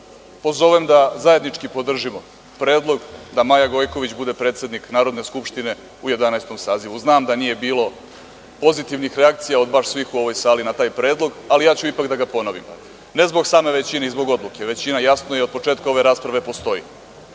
pozovem da zajednički podržimo predlog da Maja Gojković bude predsednik Narodne skupštine u 11. Sazivu. Znam da nije bilo pozitivnih reakcija od baš svih u ovoj sali na taj predlog, ali ja ću ipak da ga ponovim, ne zbog same većine i zbog odluke, većina jasno i od početka ove rasprave postoji.